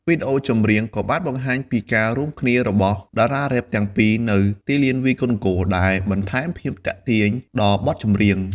វីដេអូចម្រៀងក៏បានបង្ហាញពីការរួមគ្នារបស់តារារ៉េបទាំងពីរនៅទីលានវាយកូនហ្គោល ដែលបន្ថែមភាពទាក់ទាញដល់បទចម្រៀង។